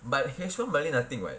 but H one malay nothing right